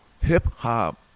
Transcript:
Hip-hop